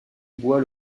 bois